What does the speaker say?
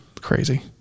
Crazy